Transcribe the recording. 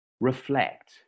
reflect